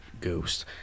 ghost